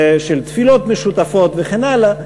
של תפילות משותפות וכן הלאה,